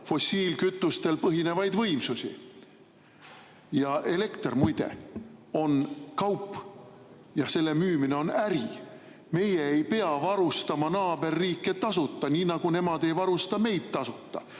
fossiilkütustel põhinevaid võimsusi. Elekter, muide, on kaup ja selle müümine on äri. Meie ei pea varustama naaberriike tasuta, nii nagu nemad ei varusta meid tasuta.